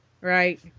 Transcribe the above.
right